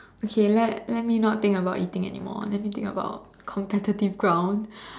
okay let let me not think about eating anymore let me think about competitive ground